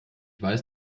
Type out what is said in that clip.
weiß